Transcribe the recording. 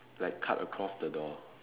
like cut across the door